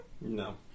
No